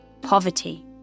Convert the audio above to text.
poverty